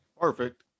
perfect